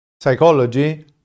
psychology